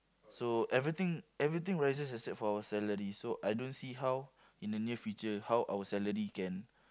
so everything everything rises except for our salary so I don't see how in the near future how our salary can